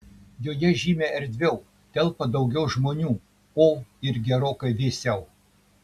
joje žymiai erdviau telpa daugiau žmonių o ir gerokai vėsiau